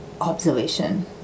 observation